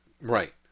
Right